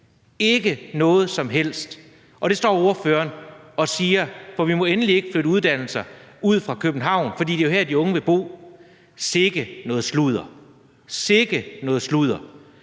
Ikke noget som helst! Og det står ordføreren og siger, for vi må endelig ikke flytte uddannelser ud af København, for det er jo her, de unge vil bo. Sikke noget sludder, sikke noget sludder.